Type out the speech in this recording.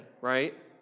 right